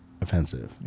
offensive